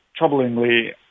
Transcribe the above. troublingly